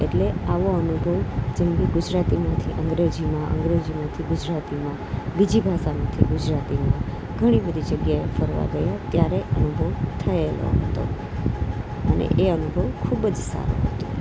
એટલે આવો અનુભવ જેમકે ગુજરાતીમાંથી અંગ્રેજીમાં અંગ્રેજીમાંથી ગુજરાતીમાં બીજી ભાષામાંથી ગુજરાતીમાં ઘણી બધી જગ્યાએ ફરવા ગયા ત્યારે અનુભવ થયેલો હતો અને એ અનુભવ ખૂબ જ સારો હતો